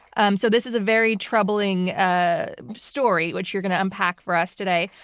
um so this is a very troubling ah story which you're going to unpack for us today.